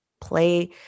play